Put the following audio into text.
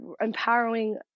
empowering